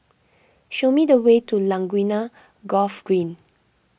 show me the way to Laguna Golf Green